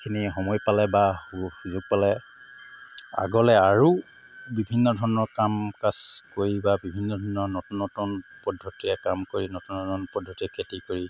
এইখিনি সময় পালে বা সুযোগ পালে আগলৈ আৰু বিভিন্ন ধৰণৰ কাম কাজ কৰি বা বিভিন্ন ধৰণৰ নতুন নতুন পদ্ধতিৰে কাম কৰি নতুন নতুন পদ্ধতিৰে খেতি কৰি